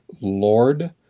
Lord